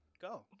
Go